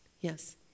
Yes